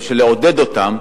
בשביל לעודד אותם,